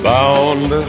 Bound